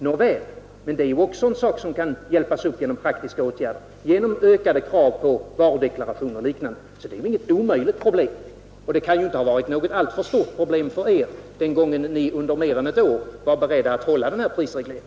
Nåväl, men det är en sak som kan hjälpas upp genom praktiska åtgärder, genom ökade krav på varudeklarationer och liknande. Det är inget omöjligt problem. Det kan inte ha varit något alltför stort problem för er, när ni under mer än ett år var beredda att hålla prisregleringen.